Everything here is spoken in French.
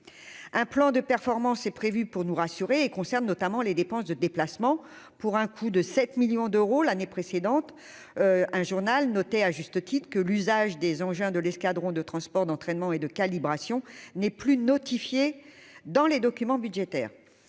un plan de performance est prévue pour nous rassurer et concernent notamment les dépenses de déplacement pour un coût de 7 millions d'euros l'année précédente, un journal notait à juste titre que l'usage des engins de l'escadron de transport, d'entraînement et de calibration n'est plus notifié dans les documents budgétaires